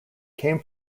came